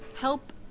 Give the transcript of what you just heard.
help